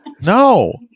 No